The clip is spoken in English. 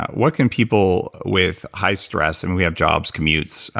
what can people with high stress and we have jobs, commutes,